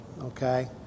okay